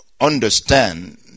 understand